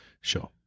Sure